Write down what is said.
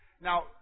Now